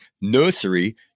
nursery